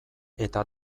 eta